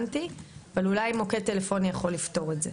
אבל אולי מוקד טלפוני יכול לפתור את זה.